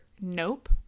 Nope